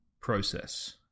process